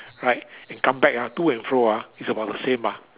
right and come back ah to and fro ah it's about the same mah